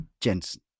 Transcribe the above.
Jensen